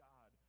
God